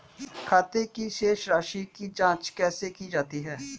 खाते की शेष राशी की जांच कैसे की जाती है?